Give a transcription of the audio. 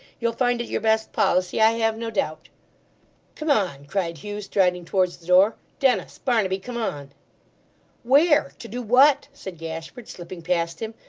you'll find it your best policy, i have no doubt come on cried hugh, striding towards the door. dennis barnaby come on where? to do what said gashford, slipping past him,